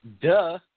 Duh